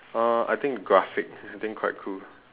uh I think graphic I think quite cool